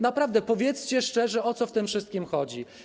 Naprawdę powiedzcie szczerze, o co w tym wszystkim chodzi.